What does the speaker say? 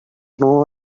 know